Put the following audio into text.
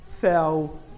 fell